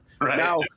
Now